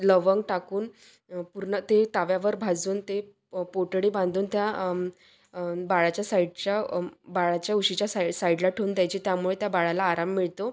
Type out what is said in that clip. लवंग टाकून पूर्ण ते तव्यावर भाजून ते पोटली बांधून त्या बाळाच्या साइडच्या बाळाच्या उशीच्या सा साइडला ठेवून द्यायची त्यामुळे त्या बाळाला आराम मिळतो